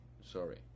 Sorry